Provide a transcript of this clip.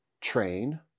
train